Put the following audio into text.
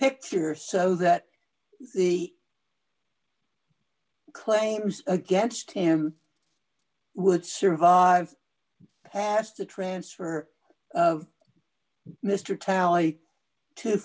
picture so that the claims against him would survive past the transfer of mr talley to